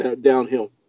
downhill